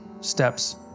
steps